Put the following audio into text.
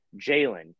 Jalen